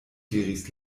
diris